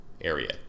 area